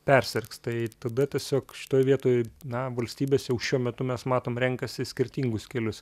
persirgs tai tada tiesiog šitoj vietoj na valstybės jau šiuo metu mes matom renkasi skirtingus kelius